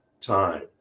time